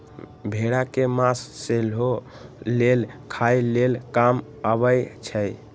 भेड़ा के मास सेहो लेल खाय लेल काम अबइ छै